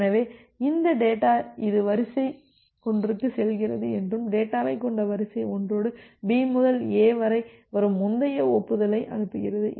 எனவே இந்தத் டேட்டா இது வரிசை ஒன்றுக்குச் செல்கிறது என்றும் டேட்டாவைக் கொண்ட வரிசை ஒன்றோடு B முதல் A வரை வரும் முந்தைய ஒப்புதலை அனுப்புகிறது